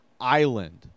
Island